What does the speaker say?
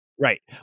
right